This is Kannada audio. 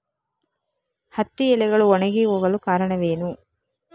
ಹತ್ತಿ ಎಲೆಗಳು ಒಣಗಿ ಹೋಗಲು ಕಾರಣವೇನು?